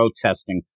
Protesting